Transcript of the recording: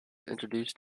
introduced